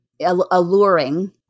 alluring